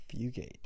Fugate